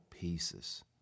pieces